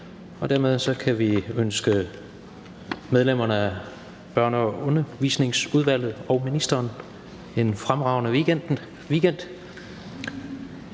Dermed kan vi ønske medlemmerne af Børne- og Undervisningsudvalget og ministeren en fremragende weekend